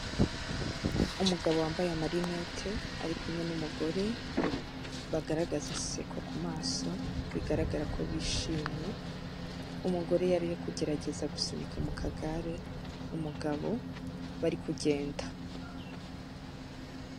Umugabo wambaye amarinete ari kumwe n'umugore, bagaragaza inseko ku maso bigaragara ko bishimye, umugore yari ari kugerageza gusunika mu kagare umugabo, bari kugenda.